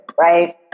right